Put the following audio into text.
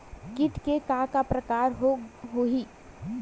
कीट के का का प्रकार हो होही?